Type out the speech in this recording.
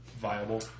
viable